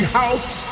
house